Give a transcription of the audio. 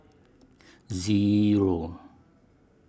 Zero